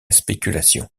spéculation